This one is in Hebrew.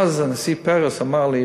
ואז הנשיא פרס אמר לי,